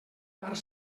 part